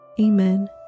Amen